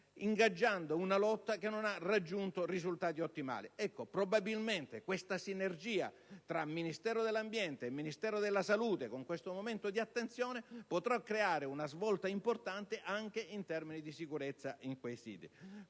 ingaggiando una lotta che non ha raggiunto risultati ottimali. Probabilmente, questa sinergia tra Ministero dell'ambiente e Ministero della salute potrà creare una svolta importante anche in termini di sicurezza in quei siti.